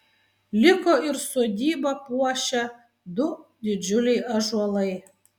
liko ir sodybą puošę du didžiuliai ąžuolai